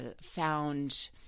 found